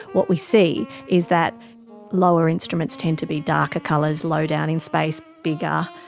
what we see is that lower instruments tend to be darker colours, low down in space, bigger,